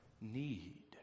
need